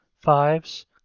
Fives